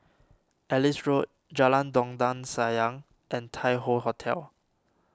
Ellis Road Jalan Dondang Sayang and Tai Hoe Hotel